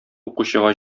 укучыга